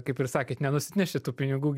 kaip ir sakėt nenusineši tų pinigų